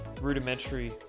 rudimentary